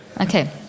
Okay